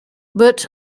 but